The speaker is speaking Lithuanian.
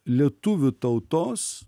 lietuvių tautos